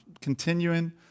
continuing